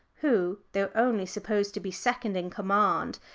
who, though only supposed to be second in command,